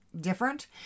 different